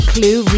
Clue